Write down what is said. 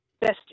best